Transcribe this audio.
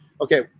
okay